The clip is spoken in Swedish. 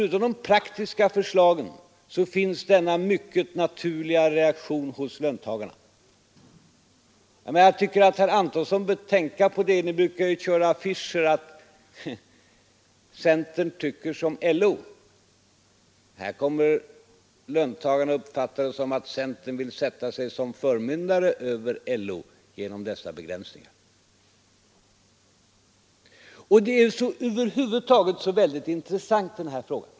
— Utom de praktiska skälen finns alltså denna mycket naturliga reaktion hos löntagarna att ta hänsyn till. Jag tycker att herr Antonsson bör tänka på det. Ni brukar ju köra affischer där det sägs att centern tycker som LO. Dessa begränsningar kommer löntagarna att uppfatta så att centern vill sätta sig som förmyndare över LO. Den här frågan är mycket intressant.